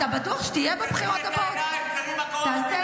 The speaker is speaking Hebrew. תפתחי